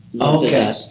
Okay